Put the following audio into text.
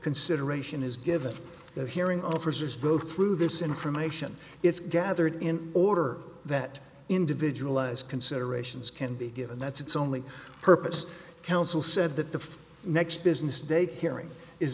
consideration is given the hearing officers go through this information it's gathered in order that individualized considerations can be given that's it's only purpose counsel said that the next business day that hearing is